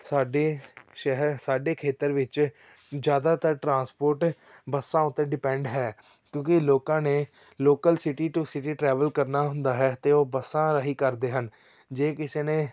ਸਾਡੇ ਸ਼ਹਿਰ ਸਾਡੇ ਖੇਤਰ ਵਿੱਚ ਜ਼ਿਆਦਾਤਰ ਟਰਾਂਸਪੋਰਟ ਬੱਸਾਂ ਉੱਤੇ ਡਿਪੈਂਡ ਹੈ ਕਿਉਂਕਿ ਲੋਕਾਂ ਨੇ local city to city travel ਕਰਨਾ ਹੁੰਦਾ ਹੈ ਅਤੇ ਉਹ ਬੱਸਾਂ ਰਾਹੀਂ ਕਰਦੇ ਹਨ ਜੇ ਕਿਸੇ ਨੇ